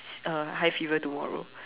uh high fever tomorrow